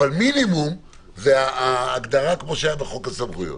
אבל מינימום ההגדרה כפי שהייתה בחוק הסמכויות.